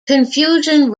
confusion